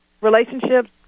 relationships